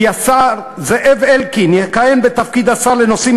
כי השר זאב אלקין יכהן בתפקיד השר לנושאים